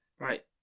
Right